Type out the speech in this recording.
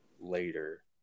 later